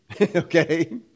Okay